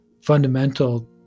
fundamental